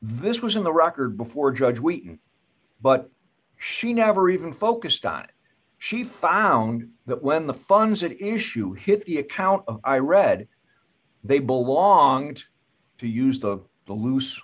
this was on the record before judge wheaton but she never even focused on it she found that when the funds that issue hit the account i read they belonged to use of the loose